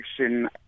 action